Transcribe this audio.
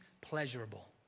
pleasurable